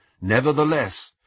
Nevertheless